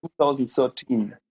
2013